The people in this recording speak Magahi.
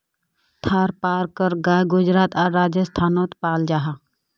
थारपारकर गाय गुजरात आर राजस्थानोत पाल जाहा